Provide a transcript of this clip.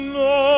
no